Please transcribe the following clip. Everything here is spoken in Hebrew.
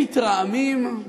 הם מתרעמים,